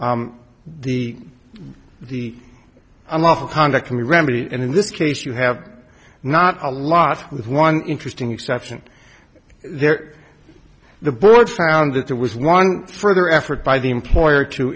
the the unlawful conduct can be remedied and in this case you have not a lot with one interesting exception there the board found that there was one further effort by the employer to